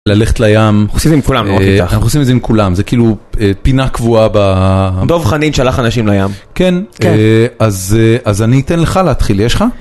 ללכת לים, אנחנו עושים את זה עם כולם, זה כאילו פינה קבועה, דוב חנין שלח אנשים לים, כן, אז אני אתן לך להתחיל, יש לך?